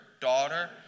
Daughter